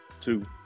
two